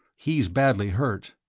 he's badly hurt.